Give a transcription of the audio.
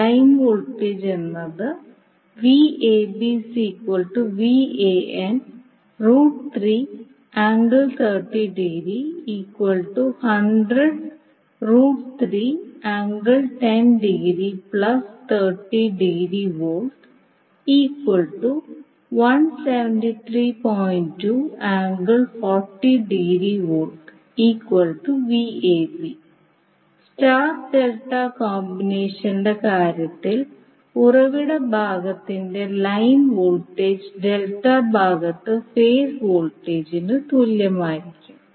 line voltage എന്നത് star delta കോമ്പിനേഷന്റെ കാര്യത്തിൽ ഉറവിട ഭാഗത്തിന്റെ ലൈൻ വോൾട്ടേജ് ഡെൽറ്റ ഭാഗത്ത് ഫേസ് വോൾട്ടേജിന് തുല്യമായിരിക്കും